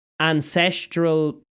ancestral